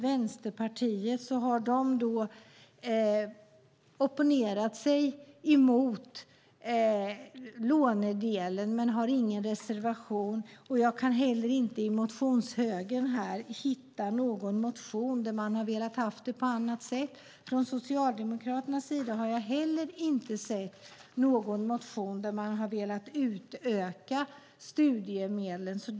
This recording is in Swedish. Vänsterpartiet har opponerat sig mot lånedelen men har ingen reservation. Jag kan inte heller i motionshögen hitta någon motion om att man vill ha det på annat sätt. Från Socialdemokraterna har jag inte heller sett någon motion om att man vill utöka studiemedlen.